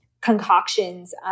concoctions